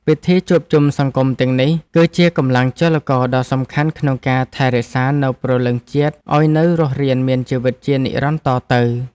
ពិធីជួបជុំសង្គមទាំងនេះ គឺជាកម្លាំងចលករដ៏សំខាន់ក្នុងការថែរក្សានូវព្រលឹងជាតិឱ្យនៅរស់រានមានជីវិតជានិរន្តរ៍តទៅ។